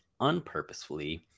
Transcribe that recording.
unpurposefully